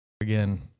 again